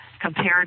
compared